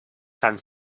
san